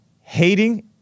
hating